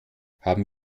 haben